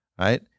right